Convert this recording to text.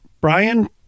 Brian